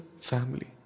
family